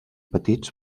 petits